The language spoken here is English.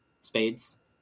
Spades